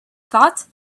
thought